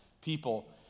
people